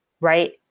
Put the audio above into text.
Right